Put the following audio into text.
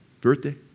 Birthday